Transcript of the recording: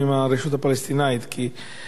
הפלסטינית שאנחנו כל הזמן מדברים עליו?